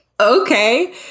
okay